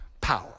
power